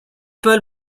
paul